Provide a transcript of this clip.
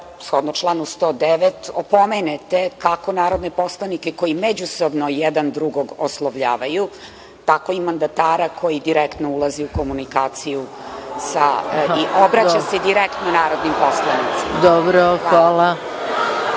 shodno članu 109. opomenete, kako narodne poslanike koji međusobno jedan drugog oslovljavaju, tako i mandatara koji direktno ulazi u komunikaciju i obraća se direktno narodnim poslanicima. Hvala.